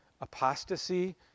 apostasy